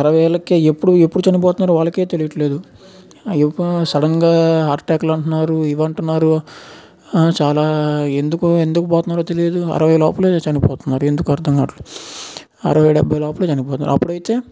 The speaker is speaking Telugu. అరవై ఏళ్లకే ఎప్పుడు ఎప్పుడు చనిపోతున్నారో వాళ్ళకే తెలియట్లేదు సడన్గా హార్ట్ అటాకులు అంటున్నారు ఇది అంటున్నారు చాలా ఎందుకు ఎందుకు పోతున్నారో తెలియదు అరవై లోపలే చనిపోతున్నారు ఎందుకు అర్థంకావట్లేదు అరవై డెబ్భై లోపలే చనిపోతున్నారు అప్పుడైతే